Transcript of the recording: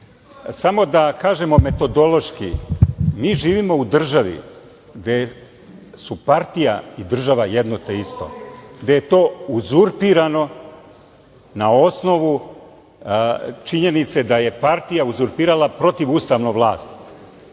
da kažemo metodološki - mi živimo u državi gde su partija i država jedno te isto, gde je to uzurpirano na osnovu činjenice da je partija uzurpirala protivustavno vlast.